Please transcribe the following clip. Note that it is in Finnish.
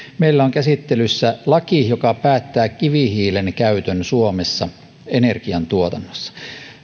meillä on käsittelyssä laki joka päättää kivihiilen käytön suomessa energian tuotannossa